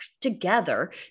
together